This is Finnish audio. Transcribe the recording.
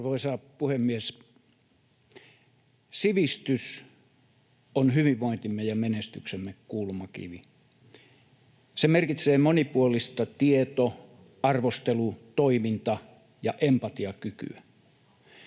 Arvoisa puhemies! Sivistys on hyvinvointimme ja menestyksemme kulmakivi. Se merkitsee monipuolista tieto-, arvostelu-, toiminta- ja empatiakykyä.